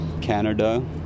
Canada